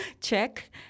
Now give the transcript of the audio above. check